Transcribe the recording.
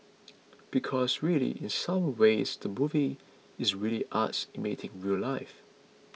because really in some ways the movie is really arts imitating real life